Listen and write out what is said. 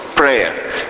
Prayer